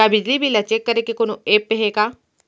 का बिजली बिल ल चेक करे के कोनो ऐप्प हे का?